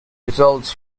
results